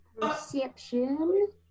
Perception